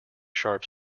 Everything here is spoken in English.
sharp